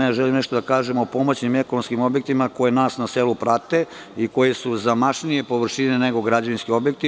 Ja želim nešto da kažem o pomoćnim i ekonomskim objektima koji nas na selu prate i koji su zamašnije površine nego građevinski objekti.